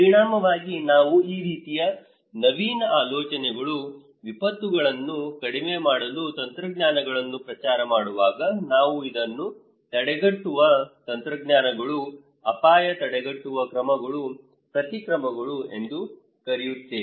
ಪರಿಣಾಮವಾಗಿ ನಾವು ಈ ರೀತಿಯ ನವೀನ ಆಲೋಚನೆಗಳು ವಿಪತ್ತುಗಳನ್ನು ಕಡಿಮೆ ಮಾಡಲು ತಂತ್ರಜ್ಞಾನಗಳನ್ನು ಪ್ರಚಾರ ಮಾಡುವಾಗ ನಾವು ಇದನ್ನು ತಡೆಗಟ್ಟುವ ತಂತ್ರಜ್ಞಾನಗಳು ಅಪಾಯ ತಡೆಗಟ್ಟುವ ಕ್ರಮಗಳು ಪ್ರತಿಕ್ರಮಗಳು ಎಂದು ಕರೆಯುತ್ತೇವೆ